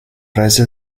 prese